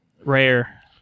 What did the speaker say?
Rare